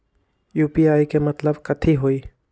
UPI के मतलब कथी होई?